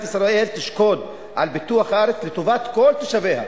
ישראל תשקוד על פיתוח הארץ לטובת כל תושביה,